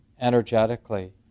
energetically